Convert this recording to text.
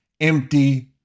empty